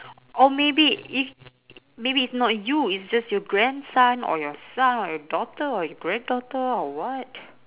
or maybe i~ maybe it's not you it's just your grandson or your son or your daughter or your granddaughter or what